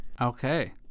Okay